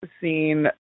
seen